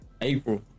April